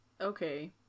Okay